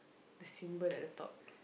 the symbol at the top